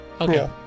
Okay